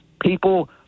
People